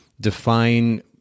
define